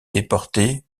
déporté